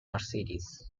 mercedes